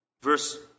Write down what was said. Verse